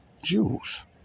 Jews